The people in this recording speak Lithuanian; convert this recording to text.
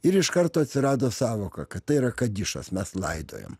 ir iš karto atsirado sąvoka kad tai yra kadišas mes laidojam